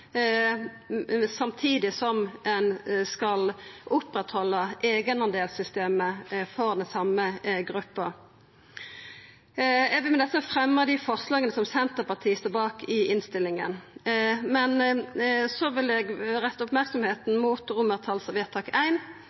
samtidig som ein skal halda fram med eigendelsystemet for same gruppe. Eg vil med dette fremja dei forslaga som Senterpartiet står bak i innstillinga. Og så vil eg retta merksemda mot